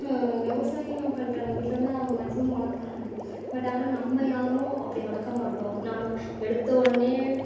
விவசாயம் பண்ணுறவங்க வீட்டில் வந்து அவங்க மேக்ஸிமம் வளர்ப்பாங்க பட் ஆனால் நம்ம யாரும் அப்படி வளர்க்க மாட்டோம் நம்ம எடுத்த உடனே